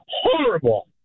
horrible